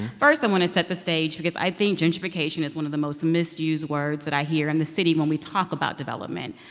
first, i want to set the stage because i think gentrification is one of the most misused words that i hear in the city when we talk about development.